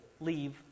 leave